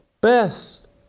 best